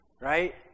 Right